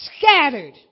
scattered